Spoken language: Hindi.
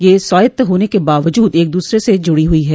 ये स्वायत्त होने के बावजूद एक दूसरे से जुड़ी हुई हैं